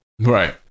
Right